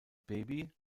baby